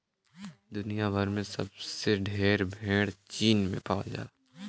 दुनिया भर में सबसे ढेर भेड़ चीन में पावल जाला